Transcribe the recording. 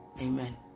Amen